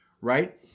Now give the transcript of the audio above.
right